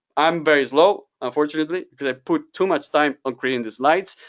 i'm very slow unfortunately because i put too much time on creating the slides,